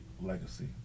legacy